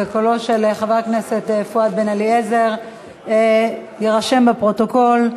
וקולו של חבר הכנסת פואד בן-אליעזר יירשם בפרוטוקול.